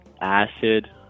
acid